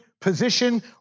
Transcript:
position